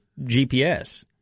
GPS